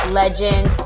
legend